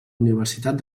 universitat